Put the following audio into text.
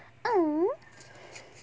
mm